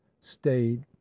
stayed